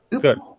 Good